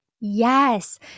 Yes